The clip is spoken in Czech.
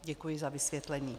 Děkuji za vysvětlení.